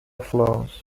flows